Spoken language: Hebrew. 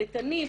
של איתנים,